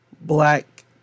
black